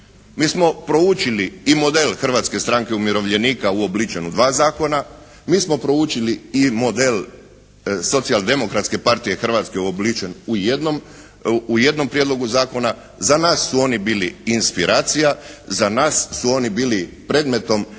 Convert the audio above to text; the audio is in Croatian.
Mi smo proučili i model Hrvatske stranke umirovljenika uobličen u dva zakona, mi smo proučili i model Socijaldemokratske partije Hrvatske uobličen u jednom prijedlogu zakona. Za nas su oni bili inspiracija, za nas su oni bili predmetom